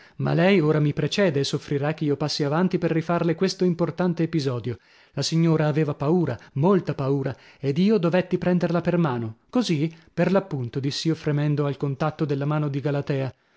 ma lei ora mi precede e soffrirà che io passi avanti per rifarle questo importante episodio la signora aveva paura molta paura ed io dovetti prenderla per mano così per l'appunto diss'io fremendo al contatto della mano di galatea